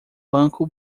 banco